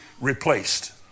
replaced